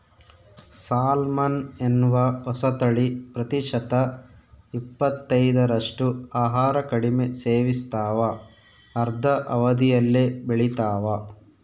salmon ಎನ್ನುವ ಹೊಸತಳಿ ಪ್ರತಿಶತ ಇಪ್ಪತ್ತೈದರಷ್ಟು ಆಹಾರ ಕಡಿಮೆ ಸೇವಿಸ್ತಾವ ಅರ್ಧ ಅವಧಿಯಲ್ಲೇ ಬೆಳಿತಾವ